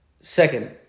Second